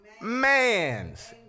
man's